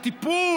הטיפול,